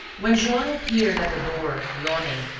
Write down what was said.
when joanna appeared at the door yawning,